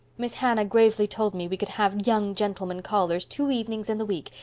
miss hannah gravely told me we could have young gentlemen callers two evenings in the week,